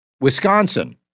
Wisconsin